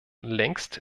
längst